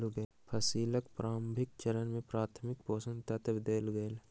फसीलक प्रारंभिक चरण में प्राथमिक पोषक तत्व देल गेल